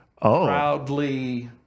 proudly